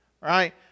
right